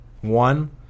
One